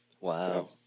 Wow